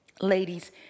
Ladies